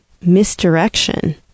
misdirection